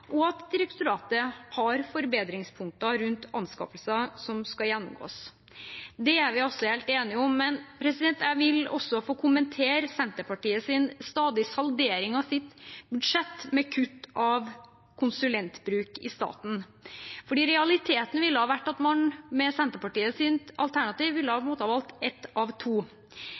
og at direktoratet har forbedringspunkter rundt anskaffelser, som skal gjennomgås. Det er vi altså helt enige om. Men jeg vil også få kommentere Senterpartiets stadige saldering av sitt budsjett med kutt i konsulentbruken i staten. For med Senterpartiets alternativ ville man i realiteten ha